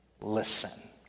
listen